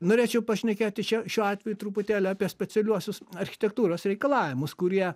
norėčiau pašnekėti čia šiuo atveju truputėlį apie specialiuosius architektūros reikalavimus kurie